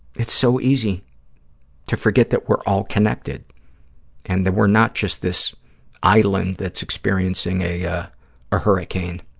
it's so easy to forget that we're all connected and that we're not just this island that's experiencing a ah a hurricane.